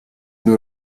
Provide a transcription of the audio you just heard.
nur